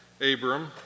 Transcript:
Abram